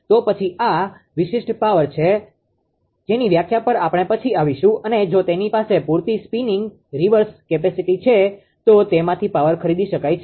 તો પછી આ વિશિષ્ટ પાવર સિસ્ટમ છે જેની વ્યાખ્યા પર આપણે પછી આવીશું અને જો તેની પાસે પુરતી સ્પીનીંગ રીવર્સ કેપેસીટી છે તો તેમાંથી પાવર ખરીદી શકાય છે